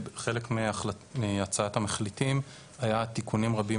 חלק מהצעת המחליטים היו תיקונים רבים